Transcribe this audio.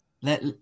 Let